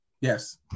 Yes